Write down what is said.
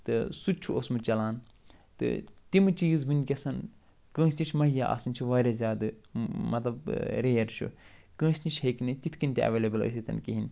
تہٕ سُہ تہِ چھُ اوسمُت چَلان تہٕ تِمہٕ چیٖز وٕنۍکٮ۪س کٲنٛسہِ نِش مہیّا آسٕنۍ چھِ وارِیاہ زیادٕ مطلب ریر چھُ کٲنٛسہِ نِش ہیٚکہِ نہٕ تِتھ کٔنۍ تہِ ایولیبل ٲسِتھ کِہیٖنۍ